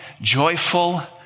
joyful